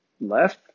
left